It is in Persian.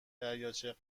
دریاچه